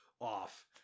off